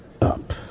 up